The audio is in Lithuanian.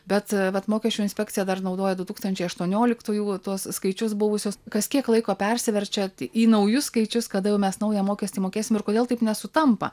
bet vat mokesčių inspekcija dar naudoja du tūkstančiai aštuonioliktųjų tuos skaičius buvusius kas kiek laiko persiverčia į naujus skaičius kada mes jau naują mokestį mokėsim ir kodėl taip nesutampa